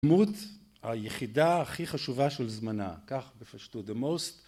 דמות היחידה הכי חשובה של זמנה כך בפשטו the most